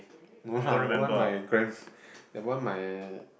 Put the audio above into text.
no lah that one my grand that one my